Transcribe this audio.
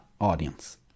audience